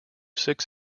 six